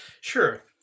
Sure